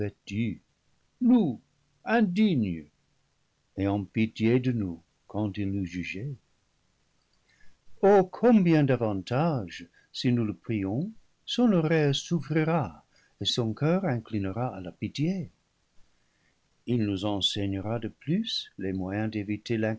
indignes ayant pitié de nous quand il nous jugeait oh com bien davantage si nous le prions son oreille s'ouvrira et son coeur inclinera à la pitié il nous enseignera de plus les moyens d'éviter